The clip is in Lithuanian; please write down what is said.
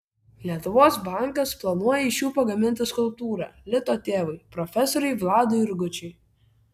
lietuvos bankas planuoja iš jų pagaminti skulptūrą lito tėvui profesoriui vladui jurgučiui